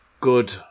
Good